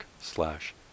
slash